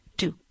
two